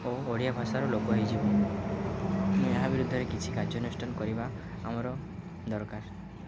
ଓ ଓଡ଼ିଆ ଭାଷାର ଲୋପ ହୋଇଯିବ ଏହା ବିରୁଦ୍ଧରେ କିଛି କାର୍ଯ୍ୟାନୁଷ୍ଠାନ କରିବା ଆମର ଦରକାର